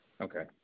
Okay